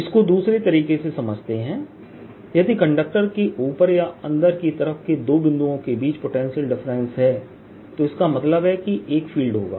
इसको दूसरे तरीके से समझते हैं यदि कंडक्टर के ऊपर या अंदर की तरफके दो बिंदुओं के बीच पोटेंशियल डिफरेंस है तो इसका मतलब है कि एक फ़ील्ड होगा